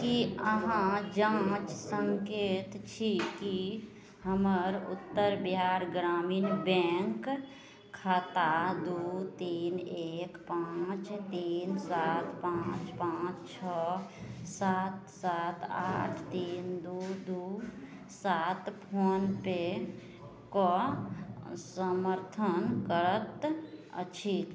कि अहाँ जाँच सकै छी कि हमर उत्तर बिहार ग्रामीण बैँक खाता दुइ तीन एक पाँच तीन सात पाँच पाँच छओ सात सात आठ तीन दुइ दुइ सात फोन पेके समर्थन करैत अछि